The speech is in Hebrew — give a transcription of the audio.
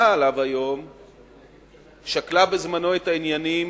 עליו היום שקלה בזמנו את העניינים,